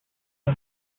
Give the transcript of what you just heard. was